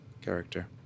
character